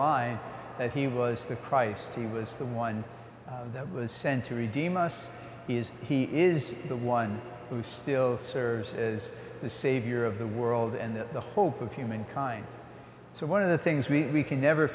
line that he was the christ he was the one that was sent to redeem us is he is the one who still serves as the savior of the world and the hope of humankind so one of the things we can never